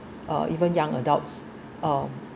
uh even young adults uh